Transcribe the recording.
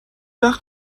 وقت